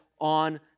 on